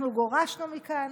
אנחנו גורשנו מכאן.